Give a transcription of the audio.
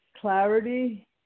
clarity